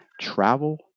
travel